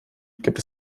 gibt